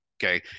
Okay